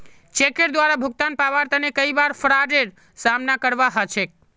चेकेर द्वारे भुगतान पाबार तने कई बार फ्राडेर सामना करवा ह छेक